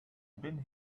been